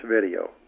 video